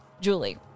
Julie